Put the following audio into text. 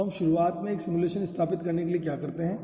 तो हम शुरुआत में एक सिमुलेशन स्थापित करने के लिए क्या करते हैं